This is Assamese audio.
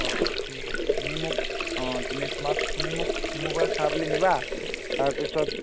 অ অ ঠিক আছে তুমি মোক অ তুমি তোমাক তুমি মোক মোৰ পৰা চাহপুলি নিবা তাৰপিছত